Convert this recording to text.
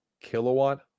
kilowatt